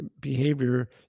behavior